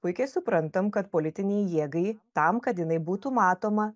puikiai suprantam kad politinei jėgai tam kad jinai būtų matoma